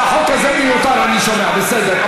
שהחוק הזה מיותר, אני שומע, בסדר.